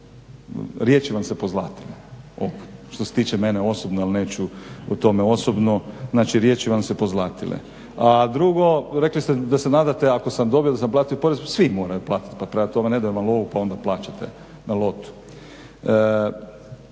riječi vam se pozlatile što se tiče mene osobno, ali neću o tome osobno, znači riječi vam se pozlatile. A drugo, rekli ste da se nadate ako sam dobio, da sam platio porez. Svi moraju platiti, pa prema tome ne daju vam lovu pa onda plaćate na lotu.